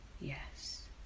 yes